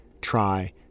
try